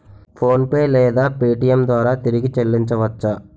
PhonePe లేదా Paytm ద్వారా తిరిగి చల్లించవచ్చ?